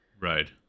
Right